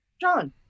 John